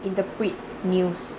interpret news